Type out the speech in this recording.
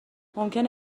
ممکنه